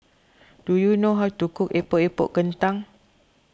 do you know how to cook Epok Epok Kentang